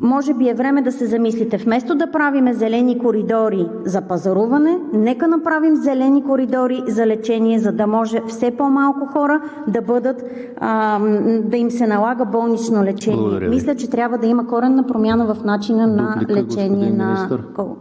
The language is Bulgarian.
Може би е време да се замислите – вместо да правим зелени коридори за пазаруване, нека направим зелени коридори за лечение, за да може на все по-малко хора да им се налага болнично лечение. Мисля, че трябва да има коренна промяна в начина на лечение на